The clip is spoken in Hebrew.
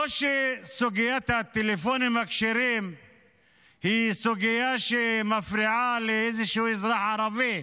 לא שסוגיית הטלפונים הכשרים היא סוגיה שמפריעה לאיזה אזרח ערבי,